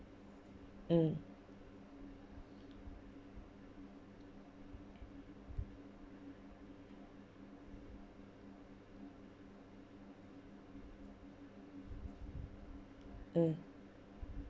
mm mm